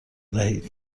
دهید